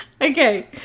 Okay